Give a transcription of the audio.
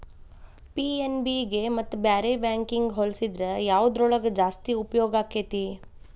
PNB ಗೆ ಮತ್ತ ಬ್ಯಾರೆ ಬ್ಯಾಂಕಿಗ್ ಹೊಲ್ಸಿದ್ರ ಯವ್ದ್ರೊಳಗ್ ಜಾಸ್ತಿ ಉಪ್ಯೊಗಾಕ್ಕೇತಿ?